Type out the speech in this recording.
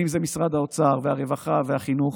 בין אם זה משרד האוצר, הרווחה והחינוך.